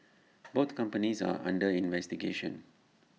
both companies are under investigation